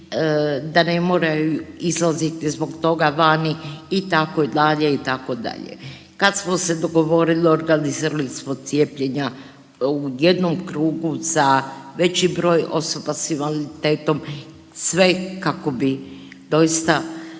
da ne moraju izlaziti zbog toga vani itd., itd., kad smo se dogovorili organizirali smo cijepljenja u jednom krugu za veći broj osoba s invaliditetom, sve kako bi doista